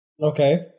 Okay